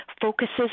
focuses